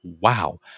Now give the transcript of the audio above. Wow